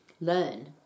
learn